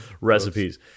recipes